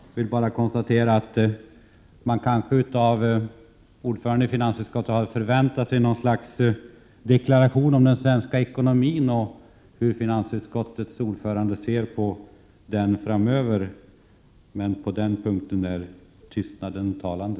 Jag vill konstatera att man av ordföranden i finansutskottet borde kunna förvänta sig en deklaration om den svenska ekonomin och om hur finansutskottets ordförande ser på den framöver, men på den punkten är tystnaden talande.